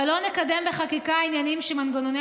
אבל לא נקדם בחקיקה עניינים שמנגנוני